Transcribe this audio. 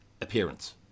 appearance